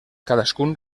cadascun